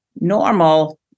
normal